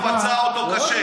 פצע אותו קשה.